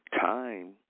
Time